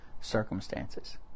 circumstances